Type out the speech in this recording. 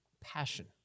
passion